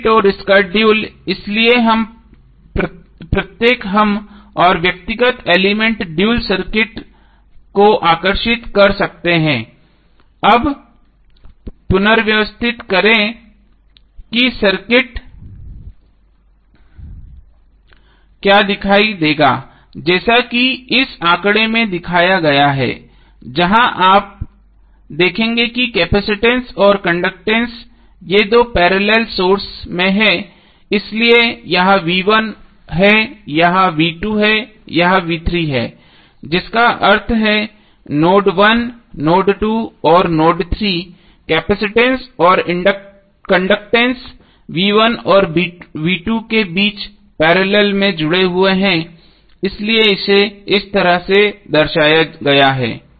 circuit और इसका dual इसलिए प्रत्येक हम और व्यक्तिगत एलिमेंट ड्यूल सर्किट को आकर्षित कर सकते हैं अब पुनर्व्यवस्थित करें कि सर्किट क्या दिखाई देगा जैसा कि इस आंकड़े में दिखाया गया है जहां आप देखेंगे कि केपसिटंस और कंडक्टैंस ये दो पैरेलल सोर्स में हैं इसलिए यह v1 है यह v2 है यह v3 है जिसका अर्थ है नोड 1 नोड 2 और नोड 3 केपसिटंस और कंडक्टैंस v1 और v2 के बीच पैरेलल में जुड़े हुए हैं इसलिए इसे इस तरह से दर्शाया गया है